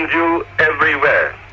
um everywhere.